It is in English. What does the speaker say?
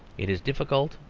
it is difficult,